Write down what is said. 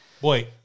Boy